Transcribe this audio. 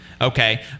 okay